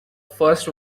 first